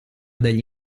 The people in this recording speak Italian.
degli